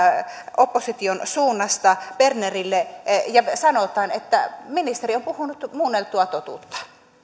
opposition suunnasta bernerille ja sanotaan että ministeri on puhunut muunneltua totuutta